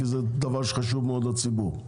כי זה דבר שחשוב מאוד לציבור.